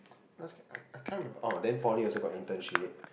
I can't remember oh then poly also got internship